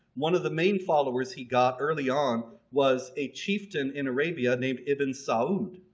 one of the main followers he got early on was a chieftain in arabia named ibn saud.